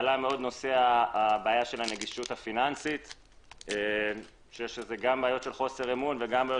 עלתה הבעיה של הנגישות הפיננסית שאלה גם בעיות של חוסר אמון וגם בעיות